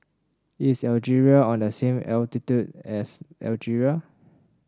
is Algeria on the same latitude as Algeria